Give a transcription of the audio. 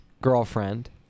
girlfriend